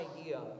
idea